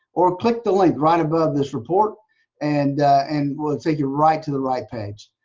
or click the link right above this report and and we'll take you right to the right page.